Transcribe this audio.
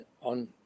on